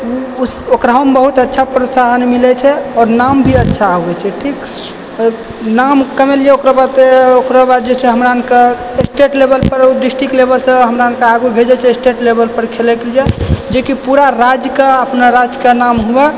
ओकराहोमे बहुत अच्छा प्रोत्साहन मिलैत छै आओर नाम भी अच्छा होइत छै ठीक नाम कमेलियै ओकराबाद तऽ ओकराबाद जे छै हमरा अरके स्टेट लेवल पर डिस्ट्रिक लेवलसँ हमरा अरके आगू भेजय छै स्टेट लेवल पर खेलयके लिए जेकि पूरा राज्यके अपना राज्यके नाम हुअ